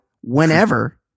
whenever